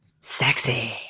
sexy